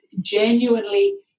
genuinely